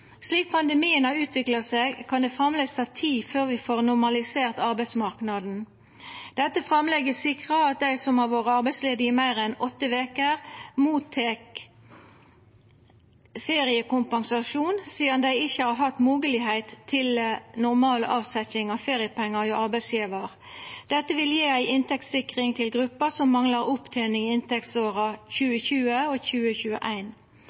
Slik pandemien har utvikla seg, kan det framleis ta tid før vi får normalisert arbeidsmarknaden. Dette framlegget sikrar at dei som har vore arbeidsledige i meir enn åtte veker, mottek feriekompensasjon sidan dei ikkje har hatt moglegheit til normal avsetjing av feriepengar hjå arbeidsgjevar. Dette vil gje ei inntektssikring til gruppa som manglar opptening i inntektsåra 2020 og